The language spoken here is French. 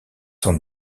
sont